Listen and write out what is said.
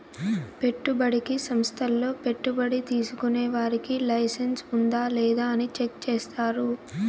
పెట్టుబడికి సంస్థల్లో పెట్టుబడి తీసుకునే వారికి లైసెన్స్ ఉందా లేదా అని చెక్ చేస్తారు